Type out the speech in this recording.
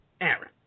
Aaron